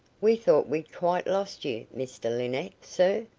we thought we'd quite lost you, mr linnett, sir.